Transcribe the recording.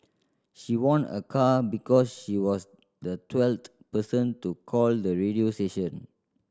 she won a car because she was the twelfth person to call the radio station